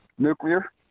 Nuclear